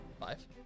Five